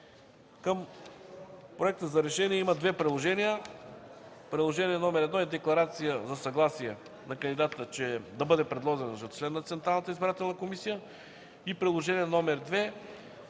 Към Проекта за решение има две приложения. Приложение № 1 е декларация за съгласие на кандидата да бъде предложен за член на Централната избирателна комисия. Приложение № 2